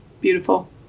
Beautiful